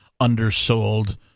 undersold